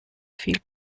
viel